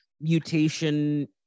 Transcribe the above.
mutation